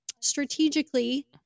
strategically